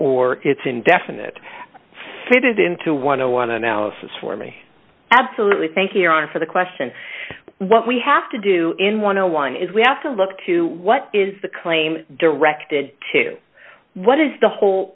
or it's indefinite fitted into one of one analysis for me absolutely thank you ron for the question what we have to do in one hundred and one is we have to look to what is the claim directed to what is the whole